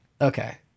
Okay